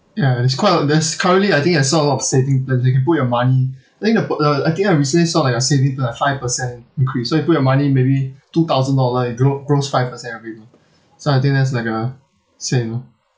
ya and it's quite uh there's currently I think I saw a lot of saving plans you can put your money I think they put uh I think I will say sort of like a saving plan five percent increase so you put your money maybe two thousand dollar and it grow~ grows five percent every year ah so I think that's like uh same lah